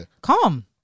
Calm